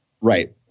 Right